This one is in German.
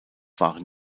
waren